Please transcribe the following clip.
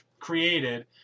created